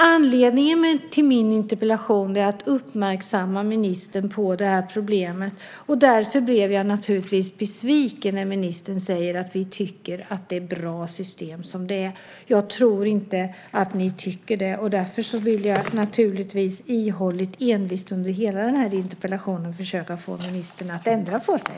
Anledningen till min interpellation är att uppmärksamma ministern på det här problemet. Därför blev jag naturligtvis besviken när ministern säger att systemen är bra som de är. Jag tror inte att ni tycker det. Därför vill jag envist under hela den här interpellationsdebatten försöka få ministern att ändra sig.